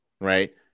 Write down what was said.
right